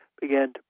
began